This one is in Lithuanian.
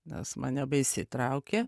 nes mane baisiai traukė